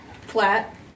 Flat